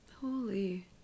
holy